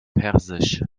persisch